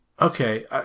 Okay